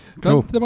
cool